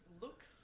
looks